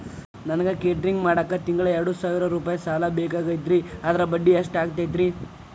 ನನಗ ಕೇಟರಿಂಗ್ ಮಾಡಾಕ್ ತಿಂಗಳಾ ಎರಡು ಸಾವಿರ ರೂಪಾಯಿ ಸಾಲ ಬೇಕಾಗೈತರಿ ಅದರ ಬಡ್ಡಿ ಎಷ್ಟ ಆಗತೈತ್ರಿ?